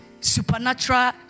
Supernatural